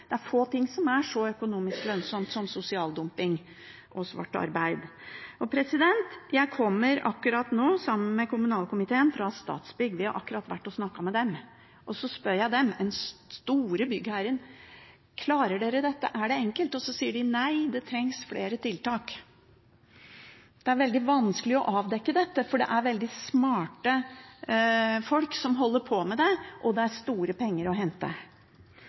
Det er få ting som er så økonomisk lønnsomt som sosial dumping og svart arbeid. Jeg kommer akkurat nå, sammen med kommunalkomiteen, fra Statsbygg, vi har akkurat vært og snakket med dem. Så spør jeg dem, den store byggherren: Klarer dere dette? Er det enkelt? Så sier de: Nei, det trengs flere tiltak. Det er veldig vanskelig å avdekke dette, for det er veldig smarte folk som holder på med det, og det er store penger å hente.